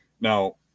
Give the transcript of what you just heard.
Now